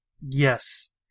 Yes